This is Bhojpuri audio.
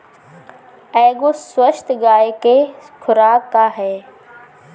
एगो स्वस्थ गाय क खुराक का ह?